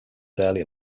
early